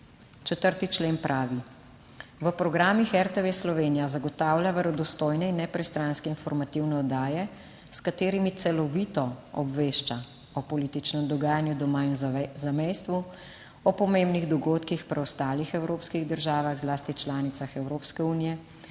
4. Člen pravi: V programih RTV Slovenija zagotavlja verodostojne in nepristranske informativne oddaje, s katerimi celovito obvešča o političnem dogajanju doma in v zamejstvu, o pomembnih dogodkih v preostalih evropskih državah, zlasti članicah Evropske unije,